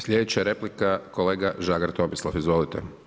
Slijedeća replika, kolega Žagar Tomislav, izvolite.